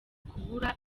kubura